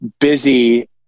Busy